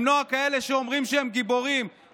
למנוע מכאלה שאומרים שהם גיבורים,